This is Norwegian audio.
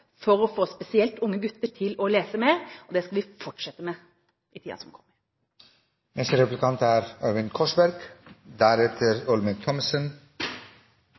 for å få spesielt unge gutter til å lese mer. Det skal vi fortsette med i tiden som kommer Jeg er